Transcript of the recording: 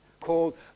called